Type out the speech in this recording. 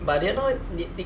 but I didn't know